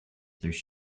through